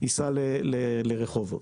ייסע לרחוקות,